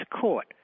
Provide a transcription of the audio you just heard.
court